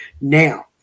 Now